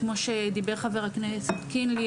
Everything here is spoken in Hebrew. כמו שדיבר חבר הכנסת קינלי,